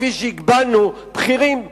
כפי שהגבלנו בכירים במערכת.